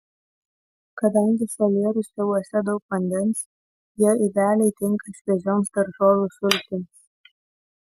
kadangi salierų stiebuose daug vandens jie idealiai tinka šviežioms daržovių sultims